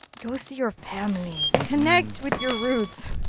go see your family! connect with your roots!